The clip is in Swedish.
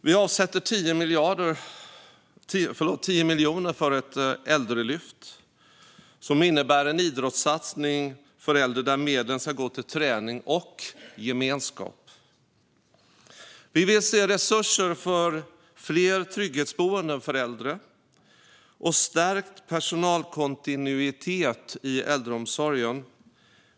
Vi avsätter 10 miljoner för ett äldrelyft som innebär en idrottssatsning för äldre där medlen ska gå till träning och gemenskap. Vi vill se resurser för fler trygghetsboenden för äldre och stärkt personalkontinuitet i äldreomsorgen.